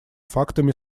фактами